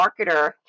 marketer